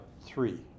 three